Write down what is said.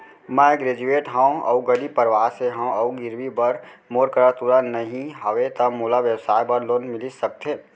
मैं ग्रेजुएट हव अऊ गरीब परवार से हव अऊ गिरवी बर मोर करा तुरंत नहीं हवय त मोला व्यवसाय बर लोन मिलिस सकथे?